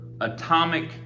Atomic